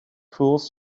fools